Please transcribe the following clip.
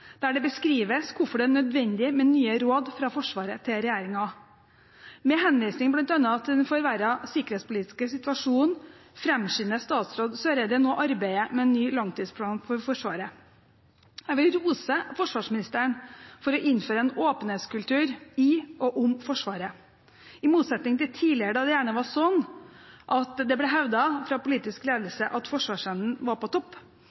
der det beskrives hvorfor det er nødvendig med nye råd fra Forsvaret til regjeringen. Med henvisning til bl.a. den forverrede sikkerhetspolitiske situasjonen framskynder statsråd Eriksen Søreide nå arbeidet med ny langtidsplan for Forsvaret. Jeg vil rose forsvarsministeren for å innføre en åpenhetskultur i og om Forsvaret. I motsetning til tidligere, da det gjerne var sånn at det fra politisk ledelse ble hevdet at forsvarsevnen var på topp,